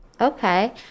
Okay